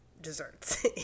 desserts